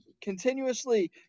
continuously